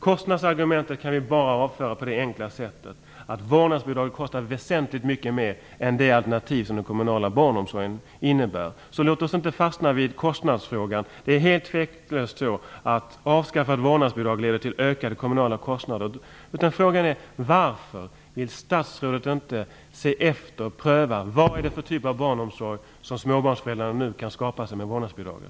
Kostnadsargumentet kan vi bara avföra genom att helt enkelt säga att vårdnadsbidraget kostar väsentligt mycket mera än det alternativ som den kommunala omsorgen innebär. Låt oss därför inte fastna vid kostnadsfrågan! Det är utan tvivel så att ett avskaffande av vårdnadsbidraget leder till ökade kommunala kostnader. Men varför vill statsrådet inte pröva vad det är för typ av barnomsorg som småbarnsföräldrarna nu kan skapa sig med vårdnadsbidraget?